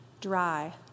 dry